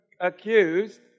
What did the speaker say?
accused